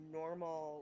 normal